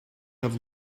have